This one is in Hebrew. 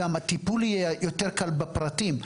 גם הטיפול יהיה יותר קל בפרטים.